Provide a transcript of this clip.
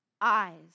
eyes